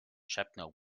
szepnął